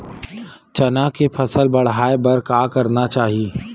चना के फसल बढ़ाय बर का करना चाही?